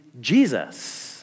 Jesus